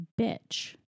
bitch